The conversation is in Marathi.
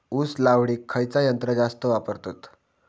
ऊस लावडीक खयचा यंत्र जास्त वापरतत?